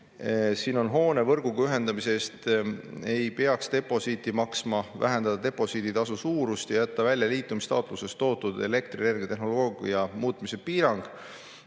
Siin on: hoone võrguga ühendamise eest ei peaks deposiiti maksma, vähendada deposiiditasu suurust ja jätta välja liitumistaotluses toodud elektrienergiatehnoloogia muutmise piirang.